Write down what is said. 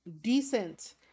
decent